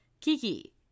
Kiki